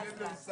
הישיבה ננעלה